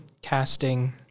Casting